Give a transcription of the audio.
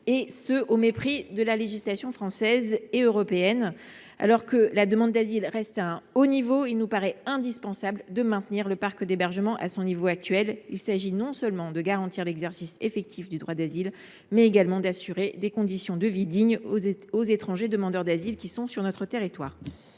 et ce au mépris de la législation française et européenne. Alors que la demande d’asile reste à un haut niveau, il nous paraît indispensable de maintenir le parc d’hébergement à son niveau actuel. Il s’agit non seulement de garantir l’exercice effectif du droit d’asile, mais également d’assurer des conditions de vie dignes aux étrangers demandeurs d’asile qui sont sur notre territoire.